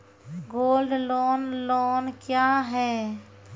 Gold loan loan क्या हैं?